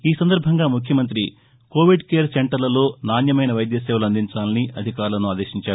ఈసందర్భంగా ముఖ్యమంతి Covid care సెంటర్లలో నాణ్యమైన వైద్య సేవలు అందించాలని అధికారులను ఆదేశించారు